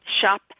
shop